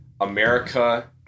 America